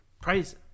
praise